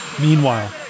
Meanwhile